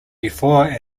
before